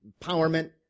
empowerment